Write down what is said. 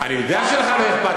אני יודע שלך לא אכפת.